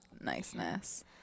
niceness